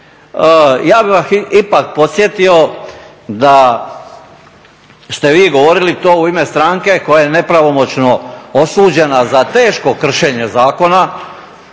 Ja bih vas ipak podsjetio da ste vi govorili to u ime stranke koja je nepravomoćno osuđena za teško kršenje zakona